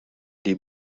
des